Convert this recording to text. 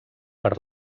per